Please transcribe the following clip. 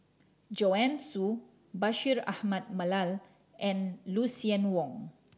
Joanne Soo Bashir Ahmad Mallal and Lucien Wang